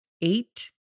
eight